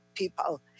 people